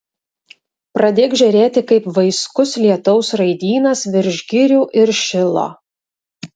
pradėk žėrėti kaip vaiskus lietaus raidynas virš girių ir šilo